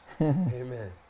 Amen